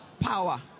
Power